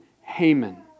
Haman